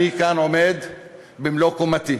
אני עומד כאן במלוא קומתי,